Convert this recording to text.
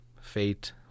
fate